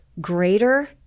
greater